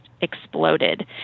exploded